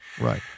Right